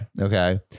Okay